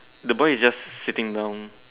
the boy is just sitting down